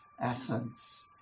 essence